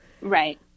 Right